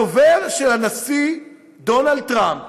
הדובר של הנשיא דונלד טראמפ